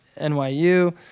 NYU